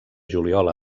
juliol